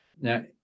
Now